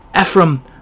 Ephraim